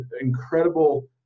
incredible